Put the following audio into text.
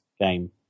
game